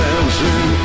Dancing